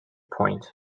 point